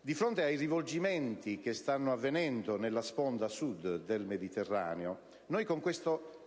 Di fronte ai rivolgimenti che stanno avvenendo nella sponda Sud del Mediterraneo, noi, con questo